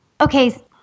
okay